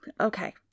Okay